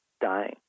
dying